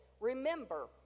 Remember